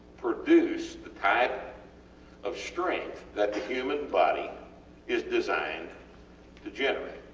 produce the type of strength that the human body is designed to generate,